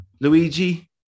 Luigi